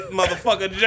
motherfucker